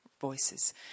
voices